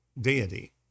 deity